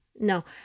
no